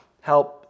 help